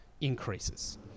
increases